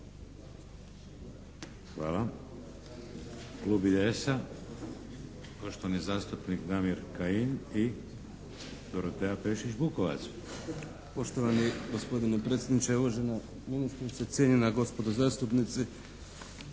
Hvala. Klub IDS-a, poštovani zastupnik Damir Kajin i Dorotea Pešić-Bukovac.